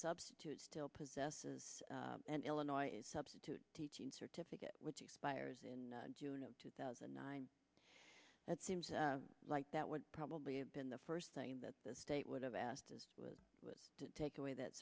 substitute still possesses and illinois is substitute teaching certificate which expires in june of two thousand and nine that seems like that would probably have been the first thing that the state would have asked is to take away that